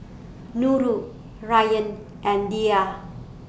Nurul Ryan and Dhia